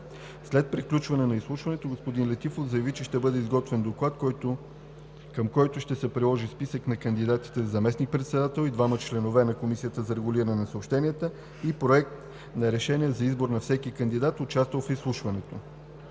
След приключване на изслушването господин Летифов заяви, че ще бъде изготвен доклад, към който ще се приложи списък на кандидатите за заместник-председател и двама членове на Комисията за регулиране на съобщенията и проекти на решения за избор на всеки кандидат, участвал в изслушването.